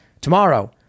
tomorrow